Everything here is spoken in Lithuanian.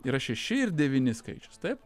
yra šeši ir devyni skaičius taip